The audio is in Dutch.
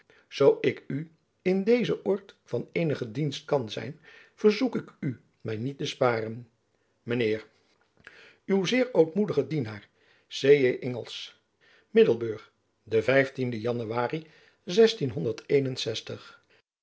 zoo ik u in dezen oord van eenige dienst kan zijn verzoek ik u my niet te sparen mijn heer uw zeer ootmoedige dienaar c j ingels middelburg den e januari